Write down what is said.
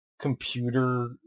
computer